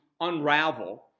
unravel